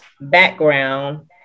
background